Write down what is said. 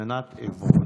מטמנת עברון.